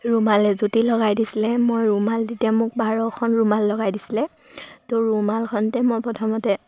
ৰুমাল এজুতি লগাই দিছিলে মই ৰুমাল তেতিয়া মোক বাৰখন ৰুমাল লগাই দিছিলে ত' ৰুমালখনতে মই প্ৰথমতে